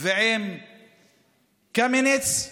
ועם קמיניץ,